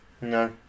No